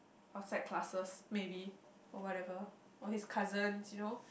outside classes maybe or whatever or his cousins you know